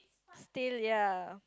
still ya